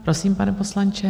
Prosím, pane poslanče.